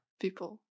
people